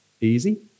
easy